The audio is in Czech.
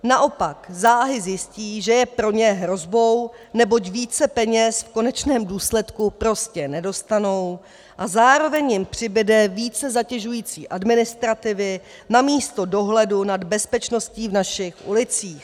Naopak záhy zjistí, že je pro ně hrozbou, neboť více peněz v konečném důsledku prostě nedostanou a zároveň jim přibude více zatěžující administrativy namísto dohledu nad bezpečností v našich ulicích.